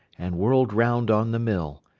and whirled round on the mill,